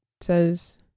says